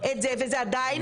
זה עדיין